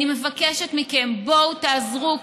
אני מבקשת מכם: בואו תעזרו,